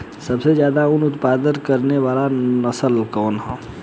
सबसे ज्यादा उन उत्पादन करे वाला नस्ल कवन ह?